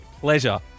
pleasure